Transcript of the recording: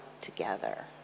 together